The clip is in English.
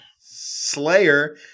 Slayer